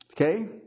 Okay